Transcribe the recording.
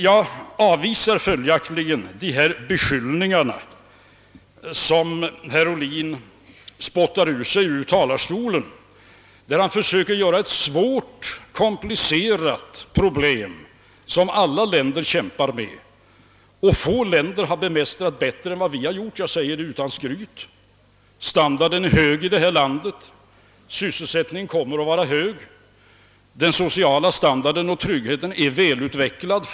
Jag tillbakavisar sålunda de beskyllningar som herr Ohlin spottade ur sig från denna plats. Han försökte göra gällande att vi hade kunnat lösa ett svårt, komplicerat problem som alla länder kämpar med — och där få länder har bemästrat svårigheterna bättre än vi gjort. Jag säger det utan skryt. Standarden är hög här i landet. Sysselsättningen kommer att vara hög. Den sociala standarden och tryggheten är väl utvecklade.